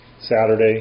Saturday